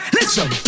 Listen